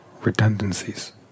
redundancies